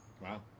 Wow